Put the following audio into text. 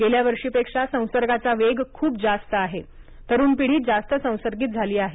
गेल्या वर्षीपेक्षा संसर्गाचा वेग खूप जास्त आहे तरुण पिढी जास्त संसर्गित झाली आहे